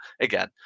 again